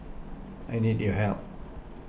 I need your help